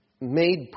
made